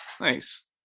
nice